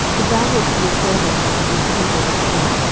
if thou wilt be a servant unto this people this day,